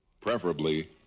preferably